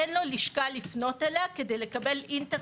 אין לו לשכה לפנות אליה כדי לקבל אינטר